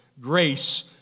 grace